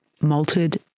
malted